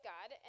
God